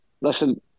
listen